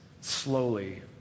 slowly